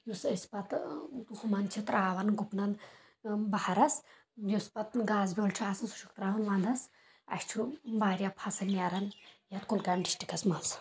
یُس أسۍ پَتہٕ ہُمن چھِ تراوان گُپنن بہارَس یُس پَتہٕ گاسہٕ بیٚول چھُ آسان سُہ چُھکھ تراوان وَنٛدَس اَسہِ چھُ واریاہ فصٕل نیران یَتھ کولگامہِ ڈسٹکٹس منٛز